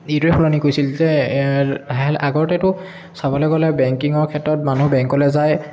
এইদৰে সলনি কৰিছিল যে আগতেতো চাবলৈ গ'লে বেংকিঙৰ ক্ষেত্ৰত মানুহ বেংকলৈ যায়